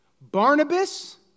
Barnabas